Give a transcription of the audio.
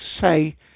say